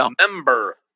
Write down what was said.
member